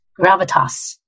gravitas